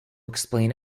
explain